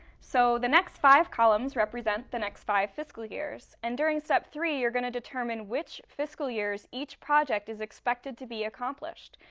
so the next five columns represent the next five fiscal years, and during step three you're going to determine which fiscal years each project is expected to be accomplished.